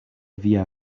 via